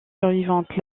survivantes